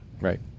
Right